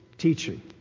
Teaching